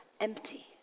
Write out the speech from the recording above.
empty